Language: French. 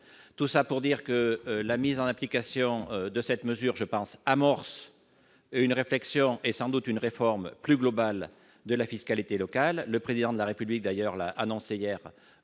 En somme, la mise en application de cette mesure amorce une réflexion et, sans doute, une réforme plus globale de la fiscalité locale. Le Président de la République l'a d'ailleurs annoncé hier